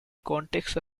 context